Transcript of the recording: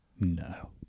No